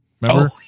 remember